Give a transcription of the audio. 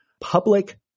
public